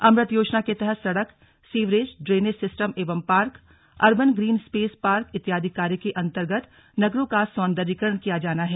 अमृत योजना के तहत सड़क सीवरेज ड्रेनेज सिस्टम एवं park urban green space park इत्यादि कार्य के अंतर्गत नगरों का सौन्दर्यीकरण किया जाना है